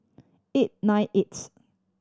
eight ninety eighth